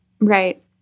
Right